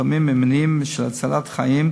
התורמים ממניעים של הצלת חיים